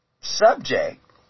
subject